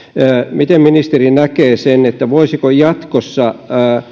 miten ministeri näkee sen voisiko jatkossa